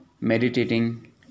meditating